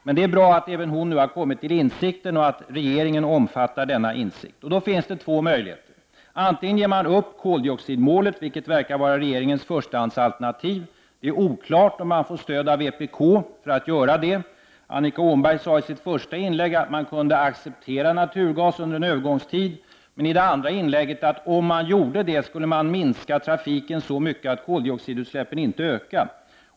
Men det är bra att även Birgitta Dahl har kommit till insikt och att regeringen omfattar denna insikt. Det finns två möjligheter. Det ena alternativet är att man ger upp koldioxidmålet, vilket verkar vara regeringens förstahandsalternativ. Men det är oklart huruvida man får stöd av vpk i det avseendet. Annika Åhnberg sade i sitt första inlägg att man kunde acceptera naturgas under en övergångstid. I sitt andra inlägg sade hon att om man gjorde det, skulle trafiken minskas så mycket att koldioxidutsläppen inte ökade.